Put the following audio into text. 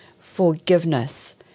forgiveness